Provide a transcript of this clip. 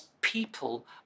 people